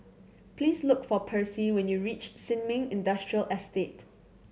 please look for Percy when you reach Sin Ming Industrial Estate